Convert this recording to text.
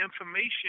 information